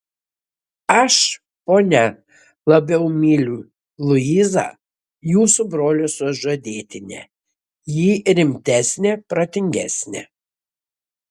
aš ponia labiau myliu luizą jūsų brolio sužadėtinę ji rimtesnė protingesnė